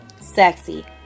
sexy